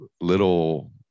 little